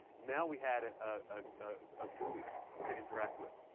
now we had a gui to interact with.